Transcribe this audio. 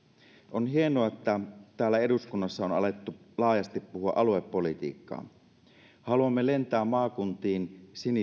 on hienoa että täällä eduskunnassa on alettu laajasti puhua aluepolitiikkaa haluamme lentää maakuntiin